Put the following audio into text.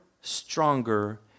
stronger